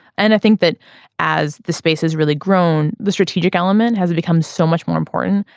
and i think that as the space has really grown the strategic element has it become so much more important.